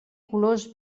colors